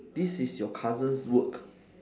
this is your cousin's work